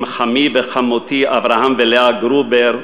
עם חמי וחמותי, אברהם ולאה גרובר,